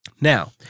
Now